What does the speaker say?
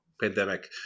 pandemic